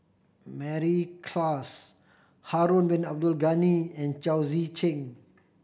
Mary Klass Harun Bin Abdul Ghani and Chao Tzee Cheng